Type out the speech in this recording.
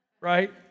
right